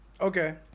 Okay